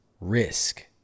risk